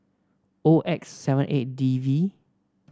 O X seven eight D V